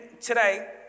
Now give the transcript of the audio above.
today